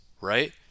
right